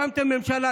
הקמתם ממשלה,